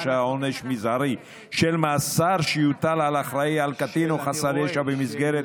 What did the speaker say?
עונש מזערי של מאסר שיוטל על אחראי לקטין או חסר ישע במסגרת